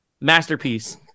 masterpiece